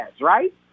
right